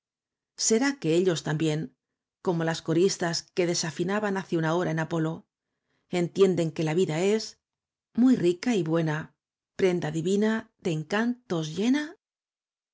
será que ellos también como las c o ristas q ue desafinaban hace una hora en apolo entienden que la vida es muy rica y buena prenda divina de encantos llena